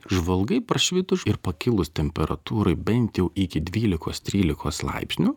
žvalgai prašvitus ir pakilus temperatūrai bent jau iki dvylikos trylikos laipsnių